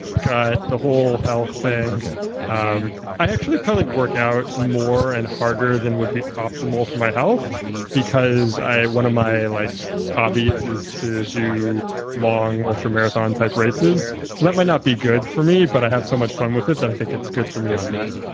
gut, the whole health thing okay um i actually probably work out more and harder than would be optimal for my health because one of my like hobbies is to do long ultramarathon-type races, so that might not be good for me, but i have so much fun with it that i think it's good for me on that